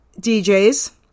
DJs